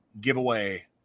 giveaway